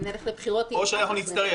או שאנחנו נצטרך